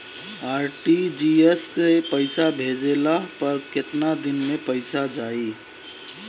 RTGS से पईसा भेजला पर केतना दिन मे पईसा जाई?